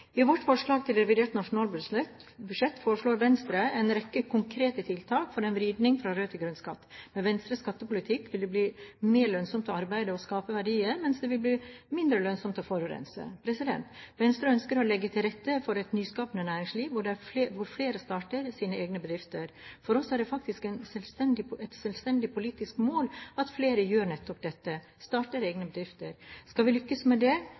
I vårt forslag til revidert nasjonalbudsjett foreslår vi en rekke konkrete tiltak for en vridning fra rød til grønn skatt. Med Venstres skattepolitikk vil det bli mer lønnsomt å arbeide og å skape verdier, mens det vil bli mindre lønnsomt å forurense. Venstre ønsker å legge til rette for et nyskapende næringsliv, hvor flere starter sin egen bedrift. For oss er det faktisk et selvstendig politisk mål at flere gjør nettopp det: starter egen bedrift. Skal vi lykkes med det,